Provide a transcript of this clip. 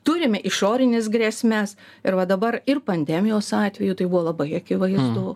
turime išorines grėsmes ir va dabar ir pandemijos atveju tai buvo labai akivaizdu